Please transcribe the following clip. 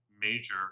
major